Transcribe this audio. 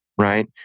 right